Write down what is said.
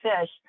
fish